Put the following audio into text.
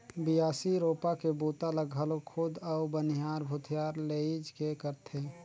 बियासी, रोपा के बूता ल घलो खुद अउ बनिहार भूथिहार लेइज के करथे